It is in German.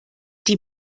die